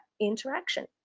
interaction